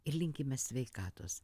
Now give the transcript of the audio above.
ir linkime sveikatos